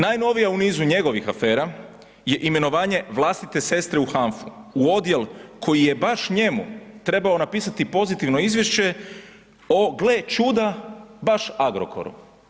Najnovija u nizu njegovih afera je imenovanje vlastite sestre u HANFU, u odjel koji je baš njemu trebao napisati pozitivno izvješće o gle čuda baš Agrokoru.